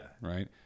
Right